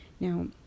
Now